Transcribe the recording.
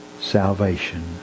salvation